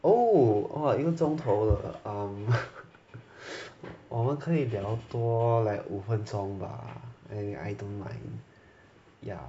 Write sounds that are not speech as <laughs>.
oh orh 一个钟头了 um <laughs> <breath> 我们可以聊多 like 五分钟吧 I I don't mind ya